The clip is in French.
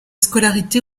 scolarité